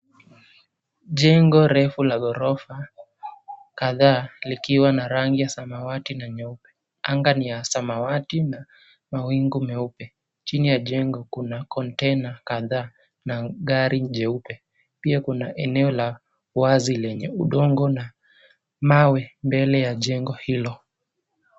Jengo refu la gorofa kadhaa likiwa na rangi ya samawati na nyeupe. Anga ni ya samawati na mawingu meupe. Chini ya jengo kuna container kadhaa na gari jeupe. Pia kuna eneo la wazi lenye udongo na mawe mbele ya jengo hilo.